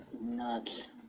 nuts